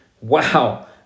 Wow